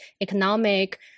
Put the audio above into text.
economic